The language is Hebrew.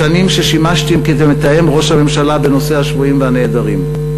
השנים ששימשתי כמתאם מטעם ראש הממשלה בנושא השבויים והנעדרים,